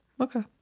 Okay